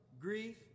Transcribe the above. grief